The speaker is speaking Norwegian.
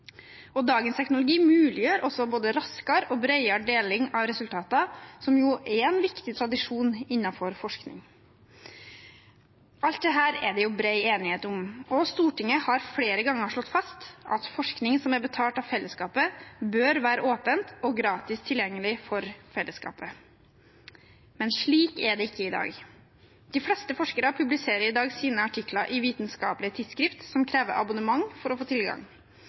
Dagens teknologi muliggjør også både raskere og bredere deling av resultater, som er en viktig tradisjon innenfor forskning. Alt dette er det bred enighet om, og Stortinget har flere ganger slått fast at forskning som er betalt av fellesskapet, bør være åpen og gratis tilgjengelig for fellesskapet. Men slik er det ikke i dag. De fleste forskere publiserer i dag sine artikler i vitenskapelige tidsskrifter som krever abonnement for å få tilgang.